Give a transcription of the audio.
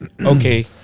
okay